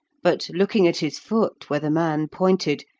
but looking at his foot where the man pointed,